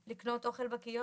לא לקנות אוכל בקיוסק,